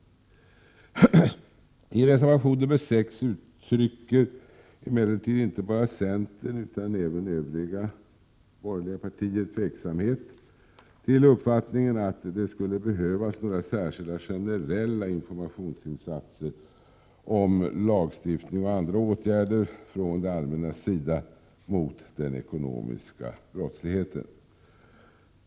I reservation 6 uttrycker emellertid inte bara centern utan även övriga borgerliga partier tveksamhet till uppfattningen att det skulle behövas några särskilda generella informationsinsatser om lagstiftning och andra åtgärder från det allmännas sida mot den ekonomiska brottsligheten.